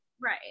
Right